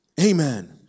Amen